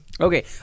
Okay